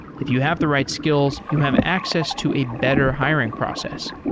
if you have the right skills, you have access to a better hiring process.